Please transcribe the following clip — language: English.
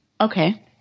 Okay